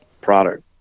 product